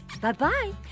Bye-bye